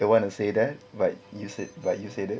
don't want to say that but you said but you said it